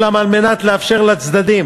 ואולם, על מנת לאפשר לצדדים